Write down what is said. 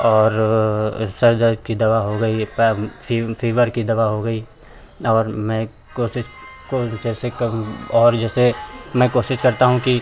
और सर दर्द की दवा हो गई एक फीम फीवर की दवा हो गई और मैं कोशिश को जैसे कम और जैसे मैं कोशिश करता हूँ कि